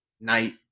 night